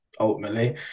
ultimately